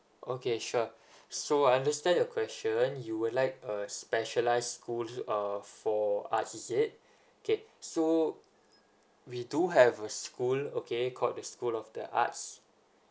okay sure so I understand your question you would like a specialised school uh for arts is it okay so we do have a school okay called the school of the arts